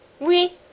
Oui